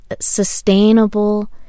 sustainable